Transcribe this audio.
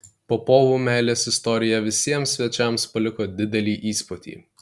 popovų meilės istorija visiems svečiams paliko didelį įspūdį